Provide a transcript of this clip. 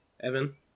Evan